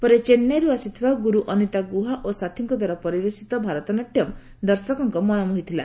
ପରେ ଚେନ୍ନାଇରୁ ଆସିଥିବା ଗୁରୁ ଅନିତା ଗୁହା ଓ ସାଥୀଙ୍କଦ୍ୱାରା ପରିବେଷିତ ଭାରତନାଟ୍ୟମ୍ ଦର୍ଶକଙ୍କ ମନ ମୋହିଥିଲା